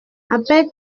appelle